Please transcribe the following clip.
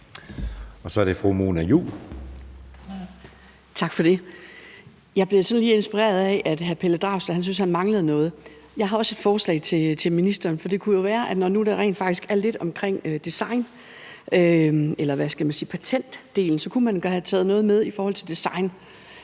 Juul. Kl. 18:23 Mona Juul (KF): Tak for det. Jeg blev sådan lige inspireret af, at hr. Pelle Dragsted syntes, at han manglede noget. Jeg har også et forslag til ministeren, for det kunne jo være, at når der nu rent faktisk er lidt omkring design eller, hvad skal man sige, patentdelen, så kunne man da have taget noget med i forhold til design,